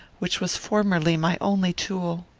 which was formerly my only tool.